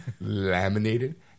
laminated